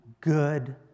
good